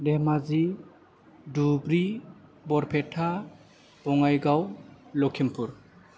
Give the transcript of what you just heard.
Dhemaji Dhubri Barpeta Bongaigaon Lakhimpur